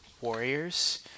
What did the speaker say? Warriors